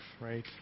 right